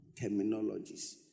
terminologies